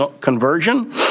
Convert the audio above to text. conversion